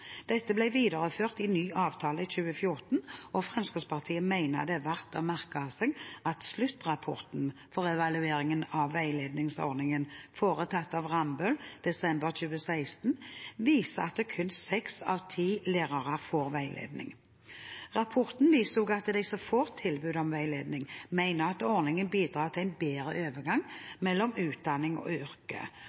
Dette ble videreført i ny avtale i 2014. Fremskrittspartiet mener det er verdt å merke seg at sluttrapporten for evalueringen av veiledningsordningen, foretatt av Rambøll i november 2016, viser at kun seks av ti lærere får veiledning. Rapporten viser også at de som får tilbud om veiledning, mener at ordningen bidrar til en bedre overgang mellom utdanning og yrke,